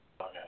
Okay